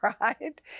right